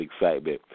excitement